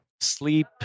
sleep